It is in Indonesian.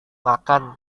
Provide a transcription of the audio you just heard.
makan